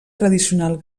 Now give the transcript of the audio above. tradicional